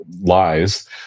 lies